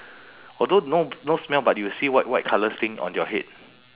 although no no smell but you will see white white colour thing on your head